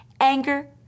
anger